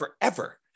forever